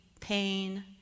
pain